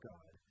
God